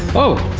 oh